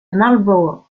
marlborough